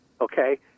okay